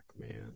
Man